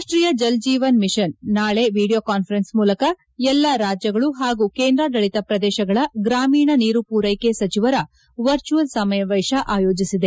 ರಾಷ್ಷೀಯ ಜಲ್ಜೀವನ್ ಮಿಷನ್ ನಾಳೆ video conference ಮೂಲಕ ಎಲ್ಲಾ ರಾಜ್ಗಳು ಹಾಗೂ ಕೇಂದ್ರಾಡಳಿತ ಪ್ರದೇಶಗಳ ಗ್ರಾಮೀಣ ನೀರು ಪೂರ್ಕೆ ಸಚಿವರ ವರ್ಚುವಲ್ ಸಮಾವೇಶ ಆಯೋಜಿಸಿದೆ